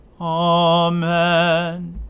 Amen